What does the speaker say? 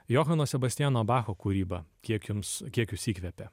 johano sebastiano bacho kūryba kiek jums kiek jus įkvepia